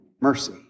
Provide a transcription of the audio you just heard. mercy